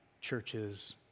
churches